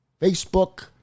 Facebook